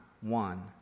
one